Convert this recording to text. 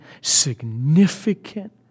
significant